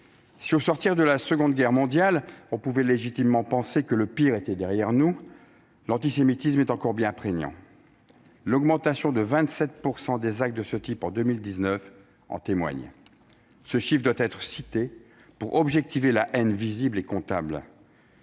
Si, au sortir de la Seconde Guerre mondiale, on pouvait légitimement penser que le pire était derrière nous, l'antisémitisme est encore prégnant. L'augmentation de 27 % des actes de ce type en 2019 en témoigne. Ce chiffre doit être cité pour objectiver la haine visible en un